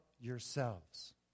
yourselves